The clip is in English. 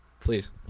please